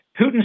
Putin